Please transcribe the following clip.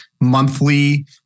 monthly